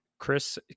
chris